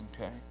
Okay